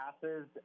passes